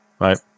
Right